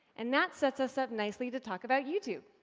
and that sets us up nicely to talk about youtube.